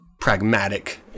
pragmatic